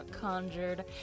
conjured